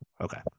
Okay